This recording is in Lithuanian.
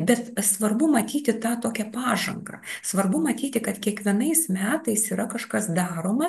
bet svarbu matyti tą tokią pažangą svarbu matyti kad kiekvienais metais yra kažkas daroma